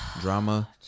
Drama